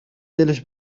دلش